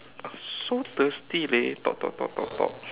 so thirsty leh talk talk talk talk talk